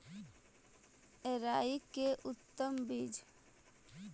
राई के उतम बिज?